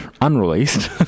unreleased